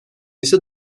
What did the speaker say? ise